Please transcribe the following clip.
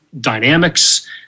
dynamics